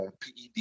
PED